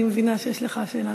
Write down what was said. אני מבינה שיש לך שאלה